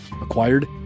Acquired